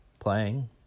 playing